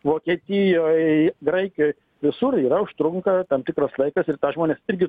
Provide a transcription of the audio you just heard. vokietijoj graikijoj visur yra užtrunka tam tikras laikas ir tą žmonės irgi